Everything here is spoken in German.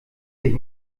dich